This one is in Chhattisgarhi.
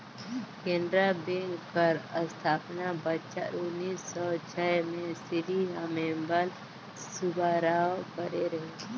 केनरा बेंक कर अस्थापना बछर उन्नीस सव छय में श्री अम्मेम्बल सुब्बाराव करे रहिन